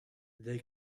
they